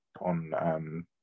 on